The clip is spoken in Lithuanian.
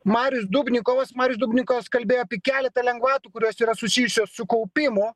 marius dubnikovas marius dubnikovas kalbėjo apie keletą lengvatų kurios yra susijusios su kaupimu